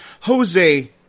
Jose